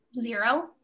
zero